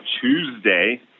Tuesday